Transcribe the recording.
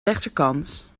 rechterkant